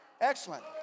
excellent